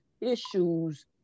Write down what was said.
issues